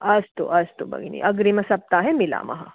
अस्तु अस्तु भगिनि अग्रिम सप्ताहे मिलामः